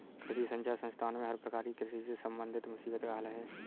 कृषि संचार संस्थान में हर प्रकार की कृषि से संबंधित मुसीबत का हल है